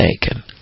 taken